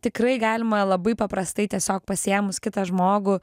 tikrai galima labai paprastai tiesiog pasiėmus kitą žmogų